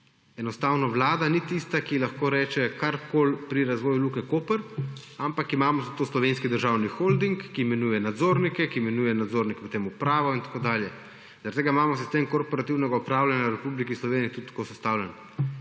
Enostavno vlada ni tista, ki lahko reče karkoli pri razvoju Luke Koper, ampak imamo za to Slovenski državni holding, ki imenuje nadzornike, potem upravo in tako dalje. Zaradi tega imamo sistem korporativnega upravljanja v Republiki Sloveniji tudi tako sestavljen